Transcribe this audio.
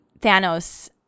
Thanos